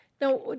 Now